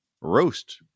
roast